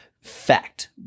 Fact